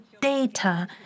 data